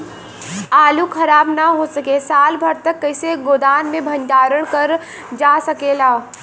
आलू खराब न हो सके साल भर तक कइसे गोदाम मे भण्डारण कर जा सकेला?